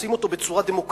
עושים אותו בצורה דמוקרטית,